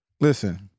listen